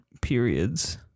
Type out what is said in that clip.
periods